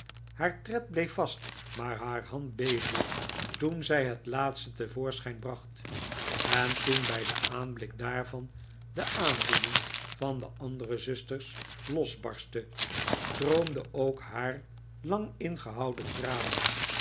haar tred bleef vast maar haar hand beefde toen zij het laatste te voorschijn bracht en toen bij den aanblik daarvan de aandoening van de andere zusters losbarstte stroomden ook haar lang ingehouden tranen